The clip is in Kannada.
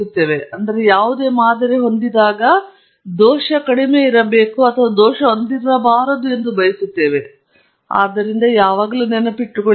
ಆದ್ದರಿಂದ ಯಾವಾಗಲೂ ನೆನಪಿಟ್ಟುಕೊಳ್ಳಿ ಡೇಟಾವು ಗುರುತಿಗಾಗಿ ಆಹಾರವಾಗಿದೆ ನಾವು ಆಮಂತ್ರಿಸಲು ಹೆಚ್ಚು ಬಯಸುವುದಿಲ್ಲ ನಾವು ಆಮಂತ್ರಣದಲ್ಲಿರಬಹುದು ಆದರೆ ಇದು ಮಾಡೆಲಿಂಗ್ನಲ್ಲಿ ಸಹ ಉತ್ತಮವಲ್ಲ